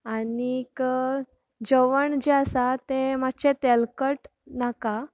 आनीक जेवण जे आसा तें मातशें तेलकट नाका